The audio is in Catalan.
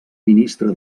ministre